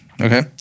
Okay